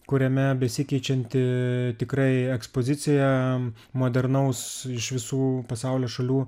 kuriame besikeičianti tikrai ekspozicija modernaus iš visų pasaulio šalių